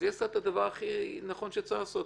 אז היא עושה את הדבר הכי נכון שצריך לעשות,